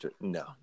No